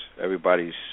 everybody's